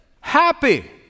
happy